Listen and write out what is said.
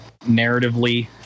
narratively